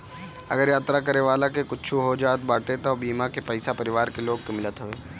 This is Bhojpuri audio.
अगर यात्रा करे वाला के कुछु हो जात बाटे तअ बीमा के पईसा परिवार के लोग के मिलत हवे